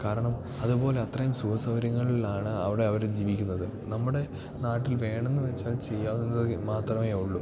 കാരണം അതുപോലെ അത്രയും സുഖ സൗകര്യങ്ങളിലാണ് അവിടെ അവര് ജീവിക്കുന്നത് നമ്മുടെ നാട്ടിൽ വേണമെന്ന് വെച്ചാൽ ചെയ്യാവുന്നത് മാത്രമേ ഉള്ളു